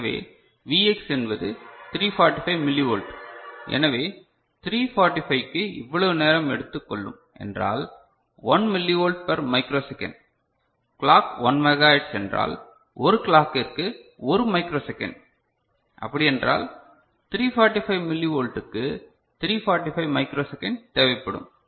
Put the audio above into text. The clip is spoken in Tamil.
எனவே Vx என்பது 345 மில்லிவோல்ட் எனவே 345க்கு இவ்வளவு நேரம் எடுத்துக் கொள்ளும் என்றால் 1 millivolt per microsecond clock 1 megahertz என்றால் ஒரு கிளாக்கிற்கு ஒரு மைக்ரோ செகண்ட் அப்படி என்றால் 345 மில்லிவோல்ட்டுக்கு 345 மைக்ரோ செகண்ட் தேவைப்படும்